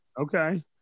Okay